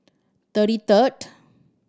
thirty third